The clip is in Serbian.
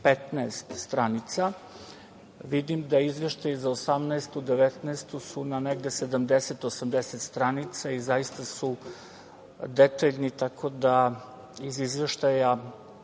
15 stranica. Vidim da su izveštaji za 2018. i 2019. godinu na negde 70 - 80 stranica i zaista su detaljni, tako da iz izveštaja